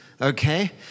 Okay